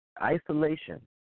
isolation